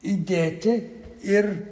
įdėti ir